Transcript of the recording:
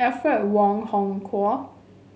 Alfred Wong Hong Kwok